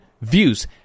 views